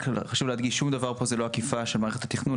רק חשוב להדגיש שוב דבר פה זה לא עקיפה של מערכת התכנון.